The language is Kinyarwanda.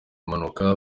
impanuka